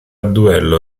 duello